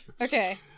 Okay